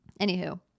Anywho